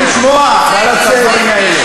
ואתם לא רוצים לשמוע את הדברים האלה.